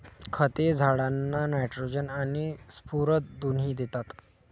खते झाडांना नायट्रोजन आणि स्फुरद दोन्ही देतात